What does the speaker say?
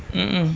mm mm